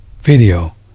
video